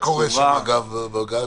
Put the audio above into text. מה קורה שם בבג"ץ?